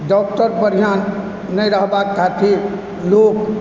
doctor बढ़िआँ नहि रहबाक खातिर लोक